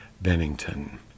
Bennington